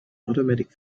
automatic